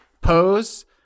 pose